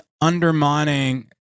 undermining